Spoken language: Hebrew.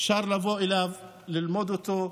אפשר לבוא אליו, ללמוד אותו,